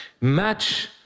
match